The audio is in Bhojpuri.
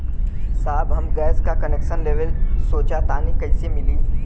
साहब हम गैस का कनेक्सन लेवल सोंचतानी कइसे मिली?